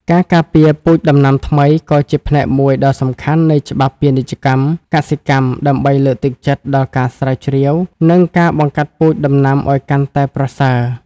ការការពារពូជដំណាំថ្មី ក៏ជាផ្នែកមួយដ៏សំខាន់នៃច្បាប់ពាណិជ្ជកម្មកសិកម្ម ដើម្បីលើកទឹកចិត្តដល់ការស្រាវជ្រាវ និងការបង្កាត់ពូជដំណាំឱ្យកាន់តែប្រសើរ។